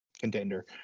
contender